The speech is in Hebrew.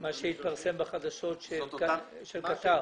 מה שהתפרסם בחדשות של קטאר.